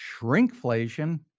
shrinkflation